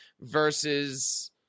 versus